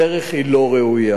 הדרך היא לא ראויה.